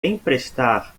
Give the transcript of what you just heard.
emprestar